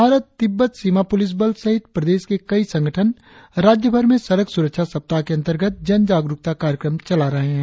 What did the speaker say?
भारत तिब्बत सीमा पुलिस बल सहित प्रदेश के कई संगठन राज्यभर में सड़क सुरक्षा सप्ताह के अंतर्गत जनजाग़रुकता कार्यक्रम चला रहे है